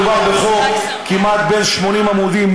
מדובר בחוק כמעט בן 80 עמודים,